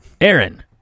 Aaron